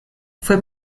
fue